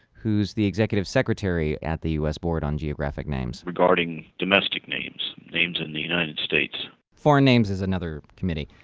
who is the executive secretary at the us board on geographic names regarding domestic names, names in the united states foreign names is another committee.